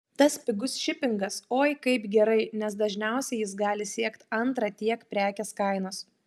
tas pigus šipingas oi kaip gerai nes dažniausiai jis gali siekt antrą tiek prekės kainos